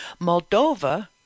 Moldova